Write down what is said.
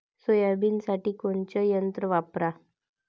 सोयाबीनसाठी कोनचं यंत्र वापरा?